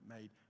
made